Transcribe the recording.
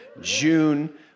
June